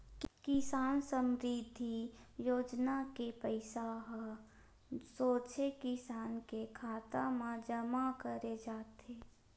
किसान समरिद्धि योजना के पइसा ह सोझे किसान के खाता म जमा करे जाथे